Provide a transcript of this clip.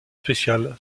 spécial